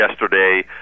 yesterday